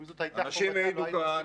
אם זאת הייתה חובתו לא היינו צריכים להצביע.